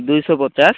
ଦୁଇଶହ ପଚାଶ